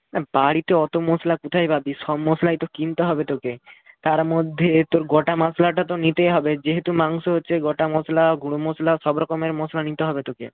বাড়িতে অত মশলা কোথায় পাবি সব মশলাই তো কিনতে হবে তোকে তার মধ্যে তোর গোটা মাশলাটা তো নিতেই হবে যেহেতু মাংস হচ্ছে গোটা মশলা গুঁড়ো মশলা সব রকমের মশলা নিতে হবে তোকে